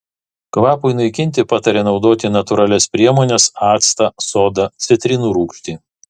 kvapui naikinti patarė naudoti natūralias priemones actą sodą citrinų rūgštį